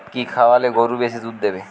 কি খাওয়ালে গরু বেশি দুধ দেবে?